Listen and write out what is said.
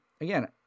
again